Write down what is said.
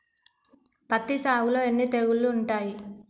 పత్తి సాగులో ఎన్ని తెగుళ్లు ఉంటాయి?